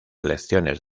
lecciones